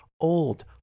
old